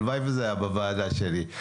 הלוואי שזה היה בוועדה שלי.